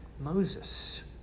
Moses